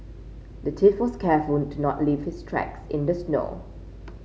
the thief was careful to not leave his tracks in the snow